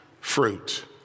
fruit